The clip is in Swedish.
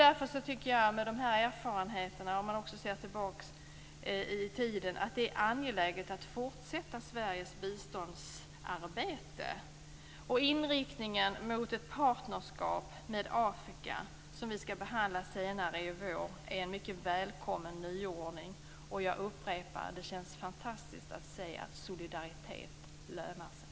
Utifrån dessa erfarenheter och sett tillbaka i tiden tycker jag att det är angeläget att Sveriges biståndsarbete fortsätter. Frågan om inriktningen mot ett partnerskap med Afrika skall behandlas senare i vår. Detta är en välkommen nyordning. Jag upprepar att det känns fantastiskt att se att solidaritet lönar sig.